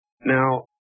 Now